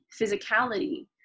physicality